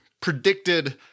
predicted